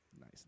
nice